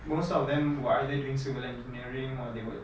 so most of them were either doing civil engineering or they were